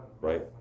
right